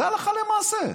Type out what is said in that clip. זה הלכה למעשה.